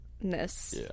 ness